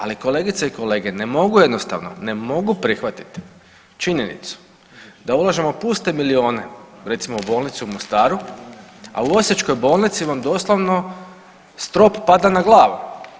Ali kolegice i kolege ne mogu jednostavno, ne mogu prihvatiti činjenicu da ulažemo puste milijune recimo u bolnicu u Mostaru, a u Osječkoj bolnici vam doslovno strop pada na glavu.